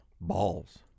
Balls